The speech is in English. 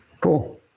Cool